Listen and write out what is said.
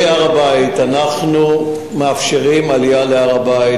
אנחנו מאפשרים עלייה להר-הבית.